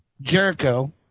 Jericho